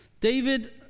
David